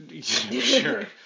sure